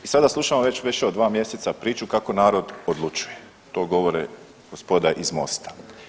I sada slušamo već više od dva mjeseca priču kako narod odlučuje, to govore gospoda iz Mosta.